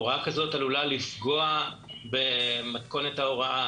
הוראה כזאת עלולה לפגוע במתכונת ההוראה,